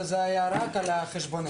וזה היה רק על חשבוננו.